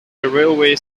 railway